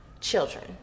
children